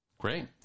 Great